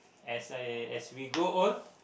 as I as we go old